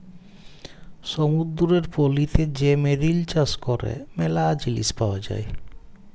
সমুদ্দুরের পলিতে যে মেরিল চাষ ক্যরে ম্যালা জিলিস পাওয়া যায়